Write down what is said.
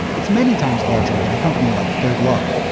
it's many times larger than a company like third love,